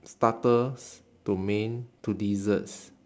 starters to main to desserts